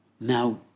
Now